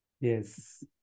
Yes